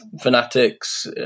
fanatics